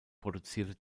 produzierte